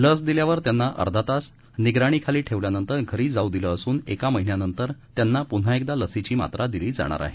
लस दिल्यावर त्यांना अर्धा तास निगराणीखाली ठेवल्यानंतर घरी जाऊ दिलं असून एका महिन्यानंतर त्यांना पुन्हा एकदा लसीची मात्रा दिली जाणार आहे